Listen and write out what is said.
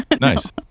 Nice